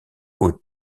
aux